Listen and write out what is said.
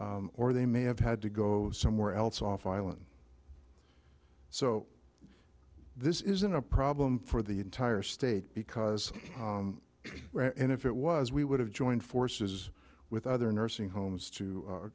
mainland or they may have had to go somewhere else off island so this isn't a problem for the entire state because if it was we would have joined forces with other nursing homes to a